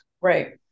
Right